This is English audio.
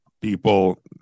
people